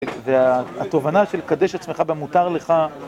והתובנה של קדש עצמך במותר לך